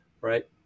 right